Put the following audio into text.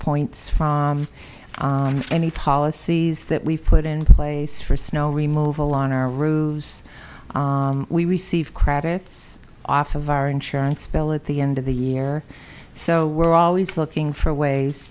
points from any policies that we've put in place for snow removal on our roofs we receive credits off of our insurance bill at the end of the year so we're always looking for ways